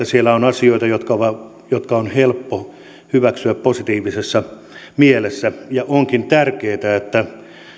siellä on asioita jotka on helppo hyväksyä positiivisessa mielessä ja onkin tärkeätä että